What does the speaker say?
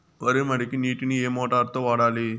వరి మడికి నీటిని ఏ మోటారు తో వాడాలి?